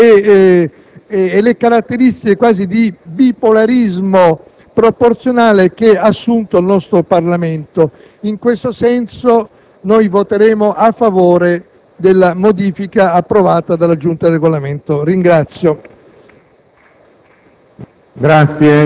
scorsa legislatura e delle caratteristiche quasi di «bipolarismo proporzionale» che ha assunto il nostro Parlamento. In questo senso, voteremo a favore della modifica approvata dalla Giunta per il Regolamento. *(Applausi